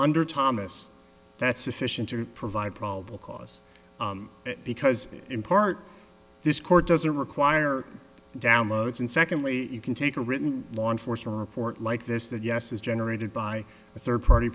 under thomas that's sufficient to provide probable cause because in part this court doesn't require downloads and secondly you can take a written law enforcement report like this that yes is generated by a third party